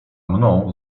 mną